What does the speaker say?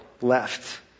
left